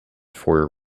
for